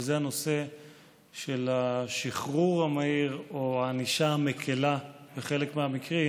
וזה הנושא של השחרור המהיר או הענישה המקילה בחלק מהמקרים,